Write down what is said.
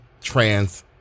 trans-